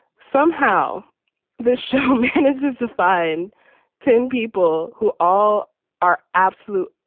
somehow this show manages to find ten people who all are absolute,